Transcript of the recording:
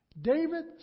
David